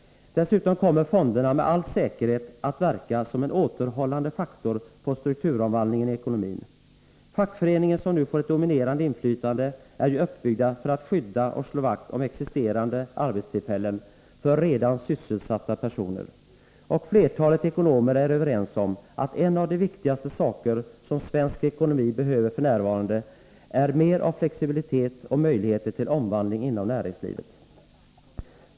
Dessutom kommer fonderna med all säkerhet att verka som en återhållande faktor på strukturomvandlingen i ekonomin. Fackföreningarna, som nu får ett dominerande inflytande, är ju uppbyggda för att skydda och slå vakt om existerande arbetstillfällen för redan sysselsatta personer. Och flertalet ekonomer är överens om att något av det viktigaste som svensk ekonomi behöver f. n. är mer av flexibilitet och möjligheter till omvandling inom näringslivet.